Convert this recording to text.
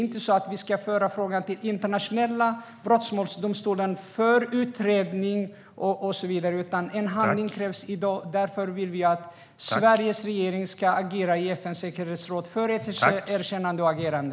Vi ska inte föra frågan till Internationella brottmålsdomstolen för utredning, utan handling krävs i dag. Därför vill vi att Sveriges regering agerar i FN:s säkerhetsråd för ett erkännande och agerande.